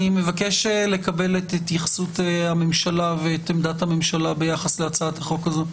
אני מבקש לקבל את התייחסות הממשלה ביחס להצעת החוק הזאת.